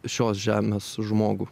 šios žemės žmogų